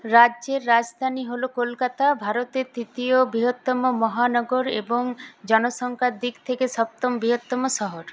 রাজ্যের রাজধানী হল কলকাতা ভারতের তৃতীয় বৃহত্তম মহানগর এবং জনসংখ্যার দিক থেকে সপ্তম বৃহত্তম শহর